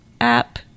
app